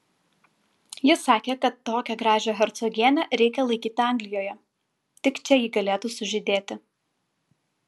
jis sakė kad tokią gražią hercogienę reikia laikyti anglijoje tik čia ji galėtų sužydėti